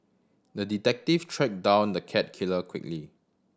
the detective tracked down the cat killer quickly